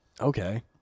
Okay